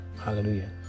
hallelujah